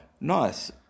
Nice